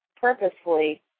purposefully